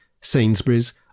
Sainsbury's